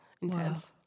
intense